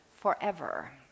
forever